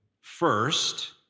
first